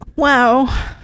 wow